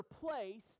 place